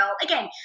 again